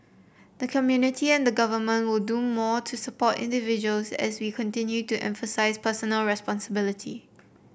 the community and government will do more to support individuals as we continue to emphasise personal responsibility